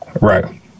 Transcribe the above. Right